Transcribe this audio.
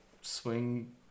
swing